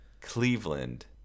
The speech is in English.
Cleveland